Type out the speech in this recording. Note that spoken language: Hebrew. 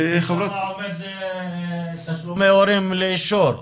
עכשיו עומדים תשלומי הורים לאישור,